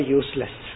useless